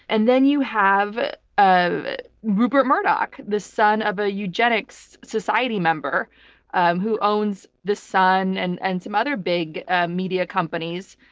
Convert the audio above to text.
and then you have rupert murdoch, the son of a eugenics society member um who owns the sun and and some other big ah media companies,